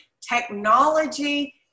Technology